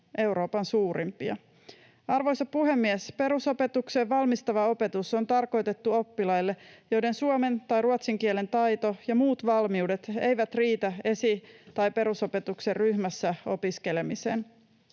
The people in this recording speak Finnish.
Euroopan suurimpia. Arvoisa puhemies! Perusopetukseen valmistava opetus on tarkoitettu oppilaille, joiden suomen tai ruotsin kielen taito ja muut valmiudet eivät riitä esi- tai perusopetuksen ryhmässä opiskelemiseen.